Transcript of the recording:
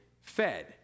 fed